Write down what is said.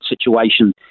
situation